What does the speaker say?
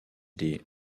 des